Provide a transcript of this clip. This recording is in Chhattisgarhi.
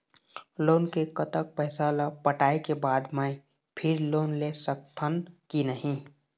लोन के कतक पैसा ला पटाए के बाद मैं फिर लोन ले सकथन कि नहीं?